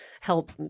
help